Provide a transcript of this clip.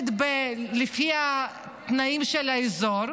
מתחדשת לפי התנאים של האזור,